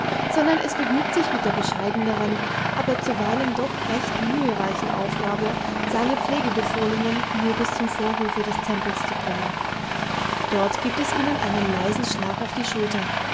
sondern es begnügt sich mit der bescheideneren aber zuweilen doch recht mühereichen aufgabe seine pflegebefohlenen nur bis zum vorhofe des tempels zu bringen dort giebt es ihnen einen leisen schlag auf die schulter